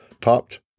topped